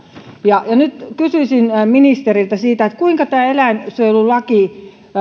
nyt kysyisin ministeriltä siitä kuinka tämä eläinsuojelulaki puuttuu